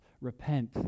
repent